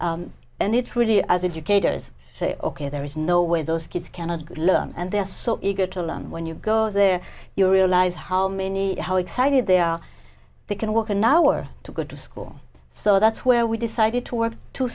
school and it's really as educators say ok there is no way those kids cannot go to learn and they're so eager to learn when you go there you realize how many how excited they are they can work an hour to go to school so that's where we decided to work to